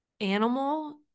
animal